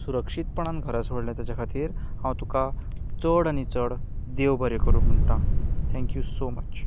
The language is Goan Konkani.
सुरक्षीतपणान घरा सोडलो ताचे खातीर हांव तुका चड आनी चड देव बरें करूं म्हणटां थॅंक्यू सो मच